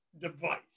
device